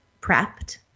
prepped